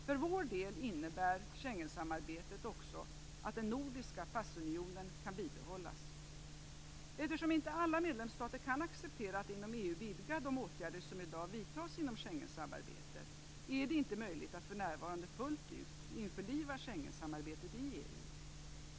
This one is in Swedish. För vår del innebär Schengensamarbetet också att den nordiska passunionen kan bibehållas. Eftersom inte alla medlemsstater kan acceptera att inom EU vidga de åtgärder som i dag vidtas inom Schengensamarbetet, är det inte möjligt att för närvarande fullt ut införliva Schengensamarbetet i EU.